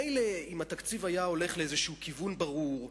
מילא אם התקציב היה הולך לאיזשהו כיוון ברור,